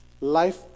Life